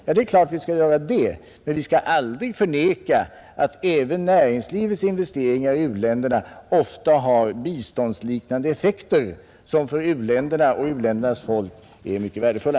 Ja, det är klart, men vi kan aldrig förneka att även näringslivets investeringar i u-länderna ofta har biståndsliknande effekter, som för u-länderna och deras folk är mycket värdefulla.